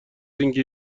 اینکه